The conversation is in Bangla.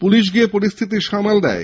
পুলিশ গিয়ে পরিস্থিতি সামাল দেয়